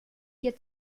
hier